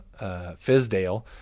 Fizdale